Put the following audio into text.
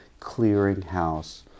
clearinghouse